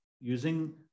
using